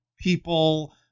people